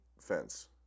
fence